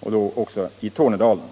och då även i Tornedalen.